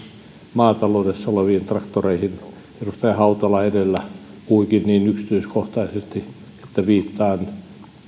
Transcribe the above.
maataloudessa oleviin traktoreihin edustaja hautala edellä puhuikin niin yksityiskohtaisesti että viittaan